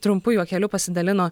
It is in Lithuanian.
trumpu juokeliu pasidalino